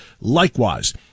Likewise